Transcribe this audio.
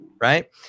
right